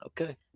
okay